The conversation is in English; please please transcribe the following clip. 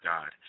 God